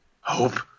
Hope